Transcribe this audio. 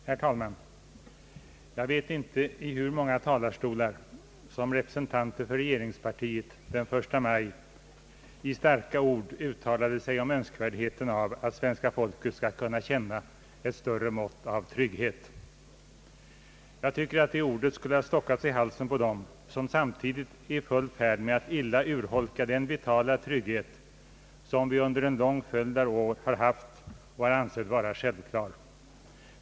Herr talman! Jag vet inte i hur många talarstolar som representanter för regeringspartiet den 1 maj i år i starka ord uttalade sig om önskvärdheten av att svenska folket skall kunna känna ett större mått av trygghet. Jag tycker att det ordet skulle ha stockat sig i halsen på dem som samtidigt är i full färd med att illa urholka den vitala trygghet, som vi under en lång följd av år har haft och har ansett vara självklar.